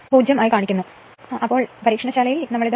ലേക്ക് കൊണ്ടുവരികയും ചെയ്യുന്നു